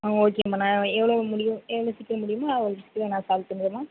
ஆ ஓகேம்மா நான் எவ்வளோ முடியும் எவ்வளோ சீக்கிரம் முடியுமோ அவ்வளோ சீக்கிரம் நான் சால்வ் பண்ணிறேம்மா